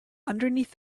underneath